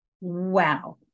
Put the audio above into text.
Wow